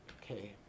Okay